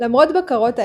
למרות בקרות האלה,